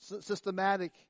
systematic